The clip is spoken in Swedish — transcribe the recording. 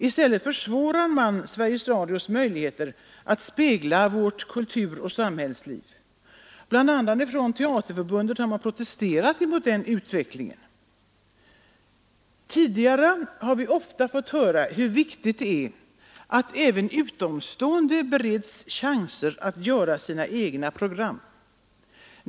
I stället försämrar man Sveriges Radios möjligheter att spegla vårt kulturoch samhällsliv. Bl.a. Teaterförbundet har protesterat mot denna utveckling. Tidigare har vi ofta fått höra hur viktigt det är att även utomstående bereds chanser att producera egna program.